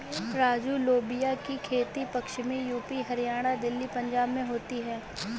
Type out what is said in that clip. राजू लोबिया की खेती पश्चिमी यूपी, हरियाणा, दिल्ली, पंजाब में होती है